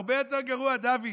הרבה יותר גרוע, דוד.